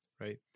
right